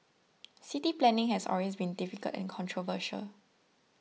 city planning has always been difficult and controversial